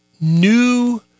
new